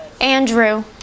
Andrew